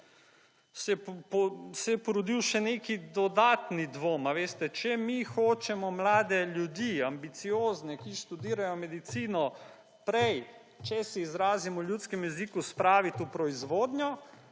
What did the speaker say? se je porodil še nek dodatni dvom, veste. Če mi hočemo mlade ljudi, ambiciozne, ki študijrajo medicino prej, če se izrazim v ljudskem jeziku, spraviti v proizvodnjo